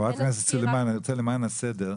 חברת הכנסת סלימאן, אני רוצה למען הסדר,